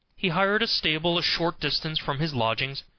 he hired a stable a short distance from his lodgings,